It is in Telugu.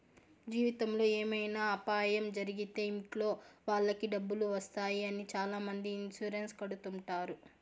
జీవితంలో ఏమైనా అపాయం జరిగితే ఇంట్లో వాళ్ళకి డబ్బులు వస్తాయి అని చాలామంది ఇన్సూరెన్స్ కడుతుంటారు